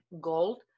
gold